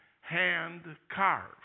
hand-carved